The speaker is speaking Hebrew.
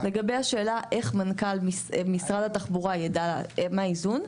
לגבי השאלה איך מנכ״ל משרד התחבורה ידע מה הוא האיזון?